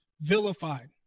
vilified